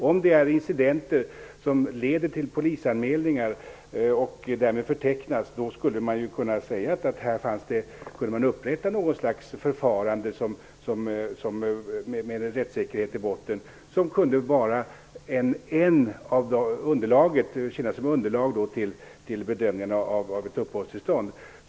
Om incidenter som leder till polisanmälningar förtecknas kunde man upprätta något slags förfarande, med rättssäkerhet i botten, som kunde utgöra en del i underlaget för bedömningen av uppehållstillstånd.